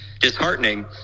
disheartening